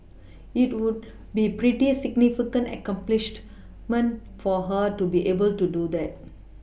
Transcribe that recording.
it would be a pretty significant accomplishment for her to be able to do that